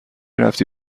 رفتی